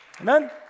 Amen